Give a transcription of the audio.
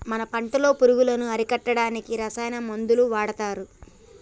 మన పంటలో పురుగులను అరికట్టడానికి రసాయన మందులు వాడతారు